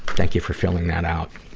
thank you for filling that out.